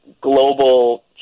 global